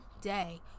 day